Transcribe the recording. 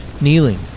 kneeling